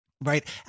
right